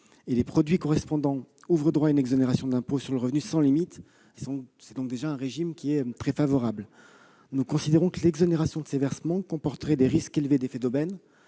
les produits correspondants ouvrent droit à une exonération d'impôt sur le revenu, sans limite. Ce régime est donc déjà très favorable. Nous considérons que l'exonération de ces versements comporterait un risque élevé d'effet d'aubaine,